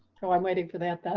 so i'm waiting for that that